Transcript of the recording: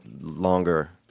longer